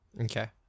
Okay